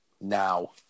now